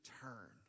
turn